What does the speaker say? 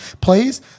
please